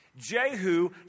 Jehu